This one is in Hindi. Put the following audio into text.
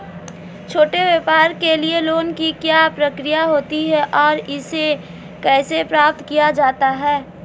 छोटे व्यापार के लिए लोंन की क्या प्रक्रिया होती है और इसे कैसे प्राप्त किया जाता है?